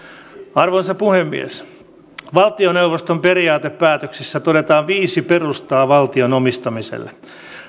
arvoisa puhemies valtioneuvoston periaatepäätöksessä todetaan viisi perustaa valtion omistamiselle